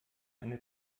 eine